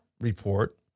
report